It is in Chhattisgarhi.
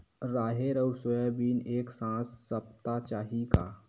राहेर अउ सोयाबीन एक साथ सप्ता चाही का?